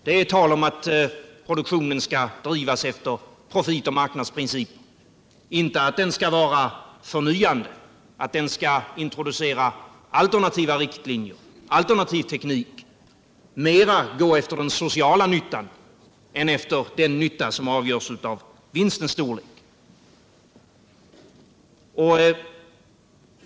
Det är tal om att produktionen skall drivas efter profitoch marknadsprinciper, inte om att den skall vara förnyande och introducera alternativa riktlinjer och alternativ teknik mera efter den sociala nyttan än efter den nytta som avgörs av vinstens storlek.